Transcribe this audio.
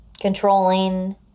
Controlling